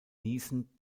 niesen